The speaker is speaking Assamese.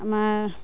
আমাৰ